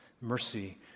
mercy